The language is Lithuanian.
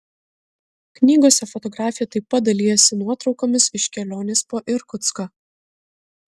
knygose fotografė taip pat dalijasi nuotraukomis iš kelionės po irkutską